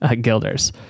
guilders